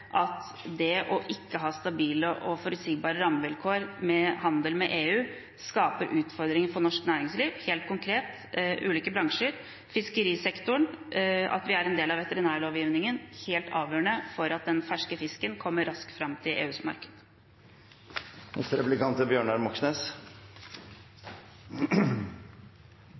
at det ikke å ha stabile og forutsigbare rammevilkår for handel med EU skaper utfordringer for norsk næringsliv, helt konkret, i ulike bransjer. Når det gjelder fiskerisektoren, er det at vi er en del av veterinærlovgivningen helt avgjørende for at den ferske fisken kommer raskt fram til EUs marked.